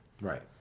Right